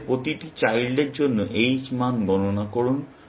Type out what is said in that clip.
এতে প্রতিটি চাইল্ডের জন্য h মান গণনা করুন